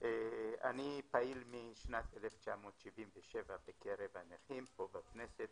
אני פעיל משנת 1977 בקרב הנכים פה בכנסת,